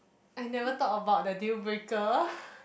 I never thought about the deal breaker